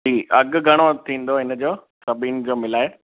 जी अघि घणो थींदो इनजो सभिनि जो मिलाए